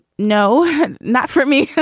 no not for me